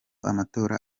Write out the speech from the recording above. amatora